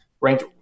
ranked